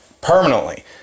permanently